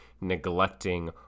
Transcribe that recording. neglecting